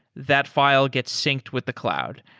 that file gets synced with the cloud.